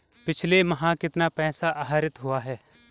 पिछले माह कितना पैसा आहरित हुआ है?